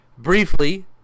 briefly